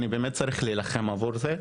אני צריך להילחם עבור זה.